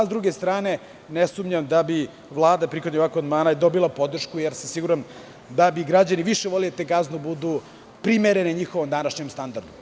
Sa druge strane, ne sumnjam da bi Vlada prihvatanjem ovakvog amandmana dobila podršku, jer sam siguran da bi građani više voleli da te kazne budu primerene njihovom današnjem standardu.